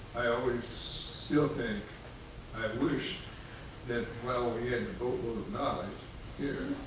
i always still think i wish that while we had a boatload of knowledge here,